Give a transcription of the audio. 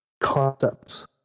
concepts